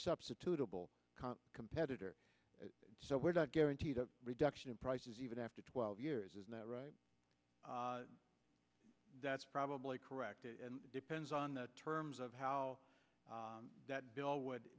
substitutable competitor so we're not guaranteed a reduction in prices even after twelve years is that right that's probably correct it depends on the terms of how that bill would